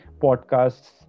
podcasts